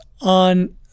on